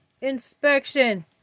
inspection